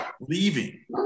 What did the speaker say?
leaving